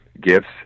gifts